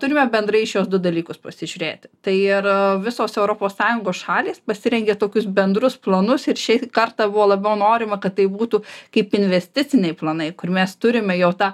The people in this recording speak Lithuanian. turime bendrai šiuos du dalykus pasižiūrėti tai ir visos europos sąjungos šalys pasirengė tokius bendrus planus ir šį kartą buvo labiau norima kad tai būtų kaip investiciniai planai kur mes turime jau tą